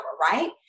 right